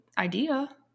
Idea